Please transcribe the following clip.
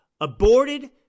aborted